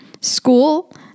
school